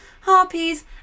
harpies